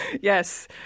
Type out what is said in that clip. Yes